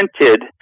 printed